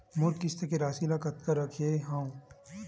मोर किस्त के राशि ल कतका रखे हाव?